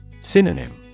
Synonym